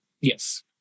Yes